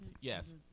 Yes